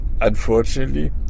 unfortunately